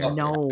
no